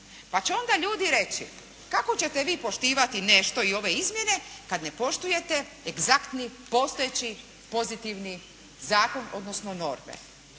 Pa će onda ljudi reći, kako ćete vi poštivati nešto i ove izmjene, kad ne poštujete egzaktni postojeći pozitivni zakon, odnosno norme.